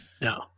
No